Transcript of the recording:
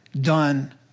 done